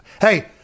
Hey